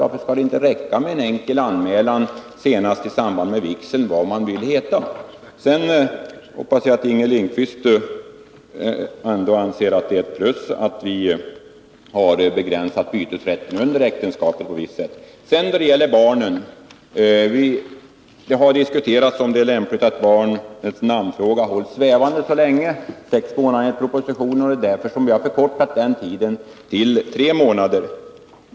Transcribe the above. Skall det inte räcka med en enkel anmälan, senast i samband med vigseln, om vad man vill heta? Jag hoppas att Inger Lindquist ändå anser att det är ett plus att vi har begränsat bytesrätten under äktenskapen på ett visst sätt. När det gäller barnen vill jag säga följande. Det har diskuterats om det är lämpligt att barns namnfråga hålls svävande så länge — sex månader enligt propositionen. Det är därför som vi har förkortat tiden till tre månader.